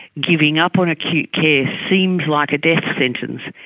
giving up on acute care seems like a death sentence,